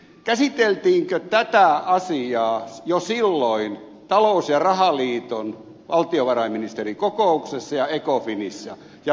käsiteltiinkö tätä asiaa jo silloin talous ja rahaliiton valtiovarainministerikokouksessa ja ecofinissä ja millä virityksellä